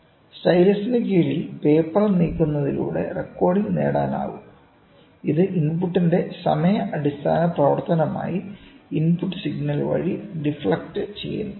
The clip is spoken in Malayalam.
സ്റ്റൈലസിനു കീഴിൽ പേപ്പർ നീക്കുന്നതിലൂടെ റെക്കോർഡിംഗ് നേടാനാകും ഇത് ഇൻപുട്ടിന്റെ സമയ അടിസ്ഥാന പ്രവർത്തനമായി ഇൻപുട്ട് സിഗ്നൽ വഴി ഡിഫ്ലക്ട് ചെയ്യുന്നു